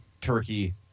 turkey